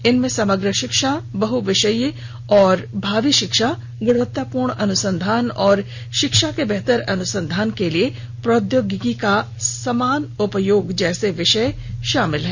इनमें समग्र शिक्षा बहविषयीय और भावी शिक्षा गुणवत्ता पूर्ण अनुसंधान और शिक्षा में बेहतर अनुसंधान के लिए प्रौद्योगिकी का समान उपयोग जैसे विषय शामिल हैं